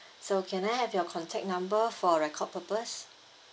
so can I have your contact number for record purpose